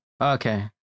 Okay